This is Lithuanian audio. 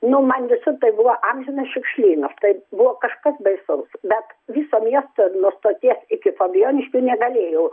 nu man visur tai buvo amžinas šiukšlynas tai buvo kažkas baisaus bet visą miestą nuo stoties iki fabijoniškių negalėjau